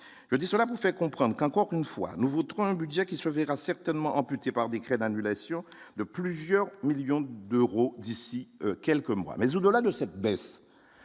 je dis cela vous fait comprendre qu'encore une fois nous un budget qui se verra certainement amputé par décret d'annulation de plusieurs millions d'euros d'ici quelques mois, mais au-delà de cette baisse,